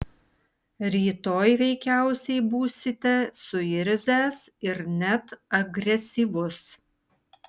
rytoj veikiausiai būsite suirzęs ir net agresyvus